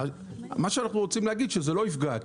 מה שאנחנו רוצים להגיד זה שזה לא יפגע.